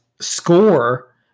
score